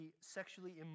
sexually